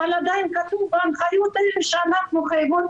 אבל עדיין בהנחיות כתוב שאנחנו חייבות